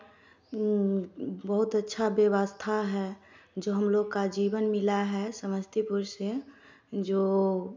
बहुत अच्छा व्यवस्था है जो हम लोगों का जीवन मिला है समस्तीपुर से जो